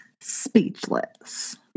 speechless